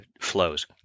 flows